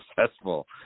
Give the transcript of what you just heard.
successful